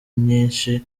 nyinshi